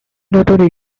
daughter